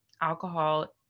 alcohol